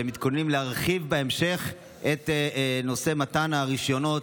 שהם מתכוננים להרחיב בהמשך את מתן הרישיונות